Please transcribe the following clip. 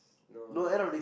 no it just